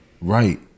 Right